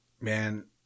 man